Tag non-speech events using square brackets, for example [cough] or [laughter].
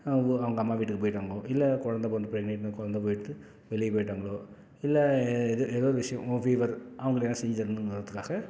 அவங்க அவங்க அம்மா வீட்டுக்கு போயிருக்காங்களோ இல்லை குழந்த பிறந்து [unintelligible] குழந்த பெற்று வெளியே போயிவிட்டாங்களோ இல்லை எது ஏதோ ஒரு விஷயம் ரொம்ப ஃபீவர் அவங்களுக்கு எதா செஞ்சு தரணுங்கிறதுக்காக